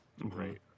Right